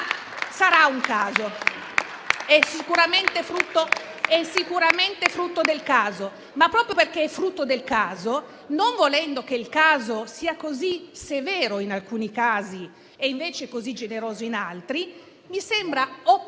un caso. È sicuramente frutto del caso. Proprio perché è frutto del caso, non volendo che il caso sia così severo alcune volte e invece così generoso altre, mi sembra opportuno